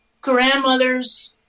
grandmothers